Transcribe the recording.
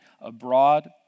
abroad